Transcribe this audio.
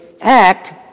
act